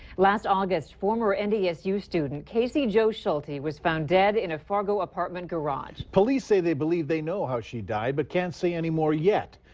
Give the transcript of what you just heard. last august, former n d s u student, casey jo schulte was found dead in a fargo apartment garage. police say they believe they know how she died, but can't say anymore yet.